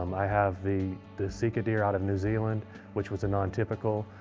um i have the the seeker deer out of new zealand which was a non typical.